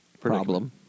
Problem